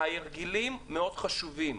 ההרגלים מאוד חשובים.